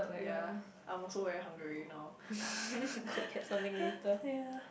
ya I'm also very hungry now ya